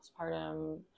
postpartum